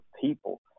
people